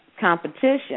competition